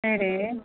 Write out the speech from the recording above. சரி